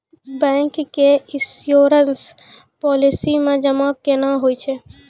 Bank के insurance policy मे जमा केना होय छै?